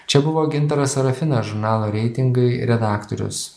čia buvo gintaras serafinas žurnalo reitingai redaktorius